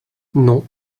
non